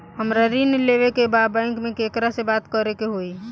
हमरा ऋण लेवे के बा बैंक में केकरा से बात करे के होई?